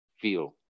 feel